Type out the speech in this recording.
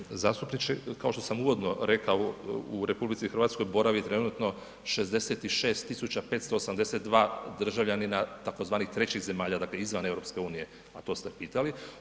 Poštovani zastupniče, kao što sam uvodno rekao, u RH boravi trenutno 66582 državljanina tzv. trećih zemalja, dakle izvan EU, a to ste pitali.